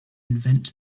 invent